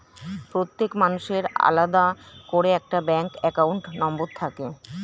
প্রত্যেক মানুষের আলাদা করে একটা ব্যাঙ্ক অ্যাকাউন্ট নম্বর থাকে